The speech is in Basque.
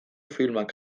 filmak